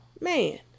man